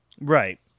Right